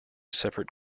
separate